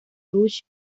rush